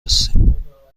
هستیم